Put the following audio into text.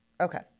Okay